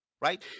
right